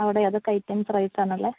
അവിടെ ഏതൊക്കെ ഐറ്റംസ് റൈസാണുള്ളത്